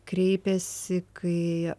kreipiasi kai